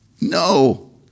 No